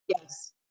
Yes